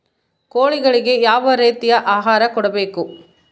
ಕೋಳಿಗಳಿಗೆ ಯಾವ ರೇತಿಯ ಆಹಾರ ಕೊಡಬೇಕು?